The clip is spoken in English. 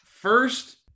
First